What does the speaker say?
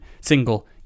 single